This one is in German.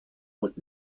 und